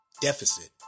deficit